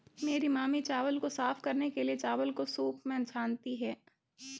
मेरी मामी चावल को साफ करने के लिए, चावल को सूंप में छानती हैं